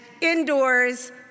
indoors